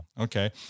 Okay